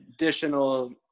additional